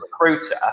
recruiter